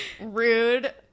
rude